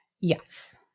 yes